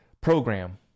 program